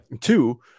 two